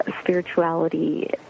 spirituality